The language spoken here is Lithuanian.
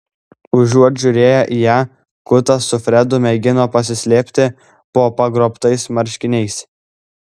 užuot žiūrėję į ją kutas su fredu mėgino pasislėpti po pagrobtais marškiniais